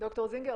ד"ר זינגר,